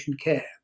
care